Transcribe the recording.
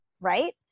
right